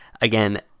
again